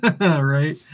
right